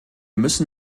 müssen